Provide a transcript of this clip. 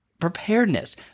Preparedness